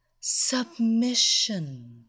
Submission